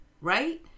right